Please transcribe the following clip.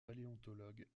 paléontologue